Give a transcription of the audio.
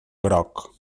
groc